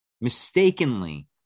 mistakenly